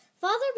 Father